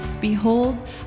behold